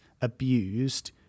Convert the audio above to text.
abused